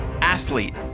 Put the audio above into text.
athlete